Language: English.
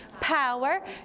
power